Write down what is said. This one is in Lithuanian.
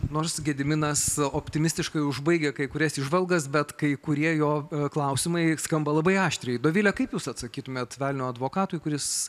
nors gediminas optimistiškai užbaigia kai kurias įžvalgas bet kai kurie jo klausimai skamba labai aštriai dovile kaip jūs atsakytumėt velnio advokatui kuris